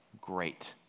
great